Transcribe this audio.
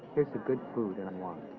here's to good food and wine.